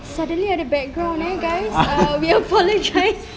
suddenly ada background eh guys we apologise